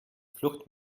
flucht